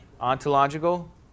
Ontological